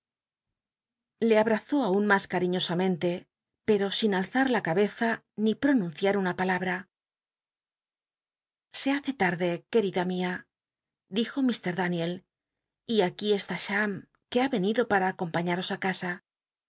le abrazó aun mas cariñosamcnte pero sin alzar hl c beza ni pronunciar una palabl'a se hace tal'de querida mia dijo llil daniel yaquí estít cham que ha venido pma acompaiíaros á casa